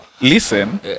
Listen